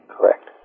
Correct